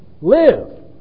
live